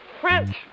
French